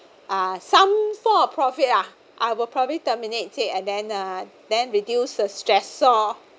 uh some sort of profit ah I will probably terminate it and then uh then reduce the stress lor